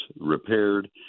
repaired